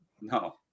No